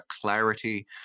clarity